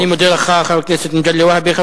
אני מודה לך, חבר הכנסת מגלי והבה.